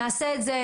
נעשה את זה,